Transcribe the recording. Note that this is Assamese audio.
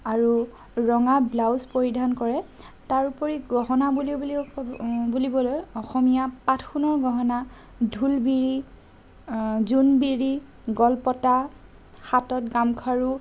আৰু ৰঙা ব্লাউজ পৰিধান কৰে তাৰ উপৰি গহণা বুলি বুলিবলৈ অসমীয়া পাতসোণৰ গহণা ঢোলবিৰি জোনবিৰি গলপতা হাতত গামখাৰু